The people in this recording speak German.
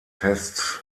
tests